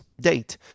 date